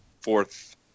fourth